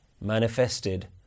manifested